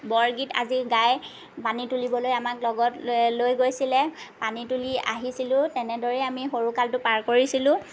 বৰগীত আদি গাই পানী তুলিবলৈ আমাক লগত লে লৈ গৈছিলে পানী তুলি আহিছিলোঁ তেনেদৰেই আমি সৰু কালটো পাৰ কৰিছিলোঁ